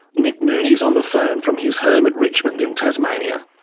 nick mooney's on the phone from his home at richmond in tasmania.